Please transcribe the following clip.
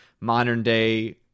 modern-day